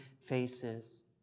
faces